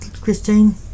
Christine